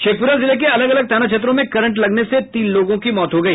शेखपुरा जिला के अलग अलग थाना क्षेत्रों में करंट लगने से तीन लोगों की मौत हो गई